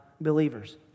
believers